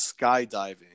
skydiving